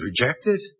rejected